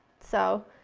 so